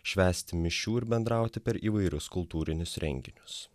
švęsti mišių ir bendrauti per įvairius kultūrinius renginius